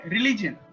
Religion